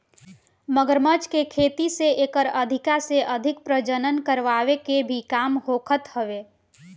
मगरमच्छ के खेती से एकर अधिका से अधिक प्रजनन करवाए के भी काम होखत हवे